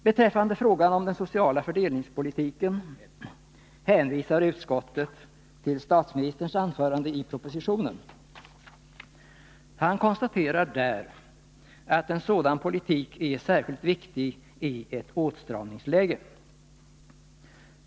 Beträffande den sociala fördelningspolitiken hänvisar utskottet till statsministerns anförande i propositionen. Han konstaterar där att en sådan politik är särskilt viktig i ett åtstramningsläge.